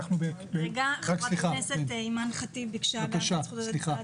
הכנסת אימאן ח'טיב יאסין.